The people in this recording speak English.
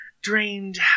drained